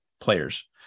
players